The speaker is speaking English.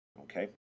okay